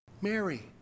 Mary